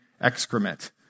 excrement